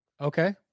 okay